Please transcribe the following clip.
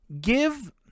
give